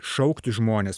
šaukti žmones